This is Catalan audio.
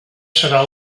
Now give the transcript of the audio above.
serà